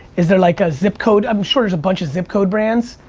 is there like a zip code? i'm sure there's a bunch of zip code brands.